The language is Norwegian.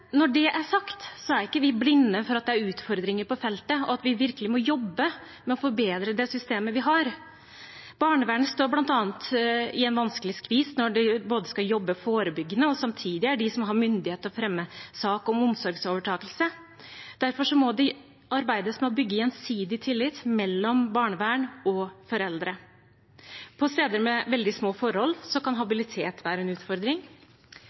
Når det er sagt, er vi ikke blinde for at det er utfordringer på feltet, og at vi virkelig må jobbe med å forbedre det systemet vi har. Barnevernet står bl.a. i en vanskelig skvis når det både skal jobbe forebyggende og samtidig være de som har myndighet til å fremme sak om omsorgsovertakelse. Derfor må det arbeides med å bygge gjensidig tillit mellom barnevern og foreldre. På steder med veldig små forhold kan habilitet være en utfordring.